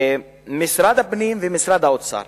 משרד הפנים ומשרד האוצר,